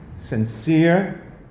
sincere